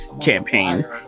campaign